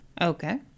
Okay